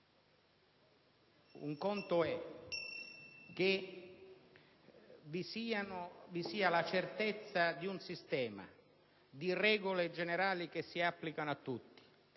infatti è che vi sia la certezza di un sistema di regole generali che si applicano a tutti,